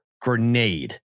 grenade